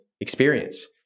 experience